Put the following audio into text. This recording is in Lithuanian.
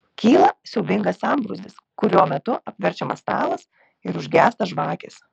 kyla siaubingas sambrūzdis kurio metu apverčiamas stalas ir užgęsta žvakės